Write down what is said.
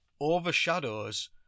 overshadows